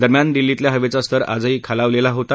दरम्यान दिल्लीतल्या हवेचा स्तर आजही खालावलेला होता